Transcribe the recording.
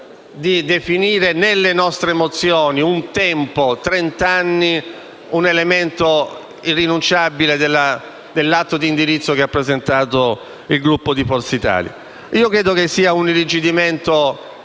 di definire nelle nostre mozioni un tempo pari a trent'anni un elemento irrinunciabile dell'atto di indirizzo che ha presentato il Gruppo di Forza Italia. Io credo che sia un irrigidimento che